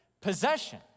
possession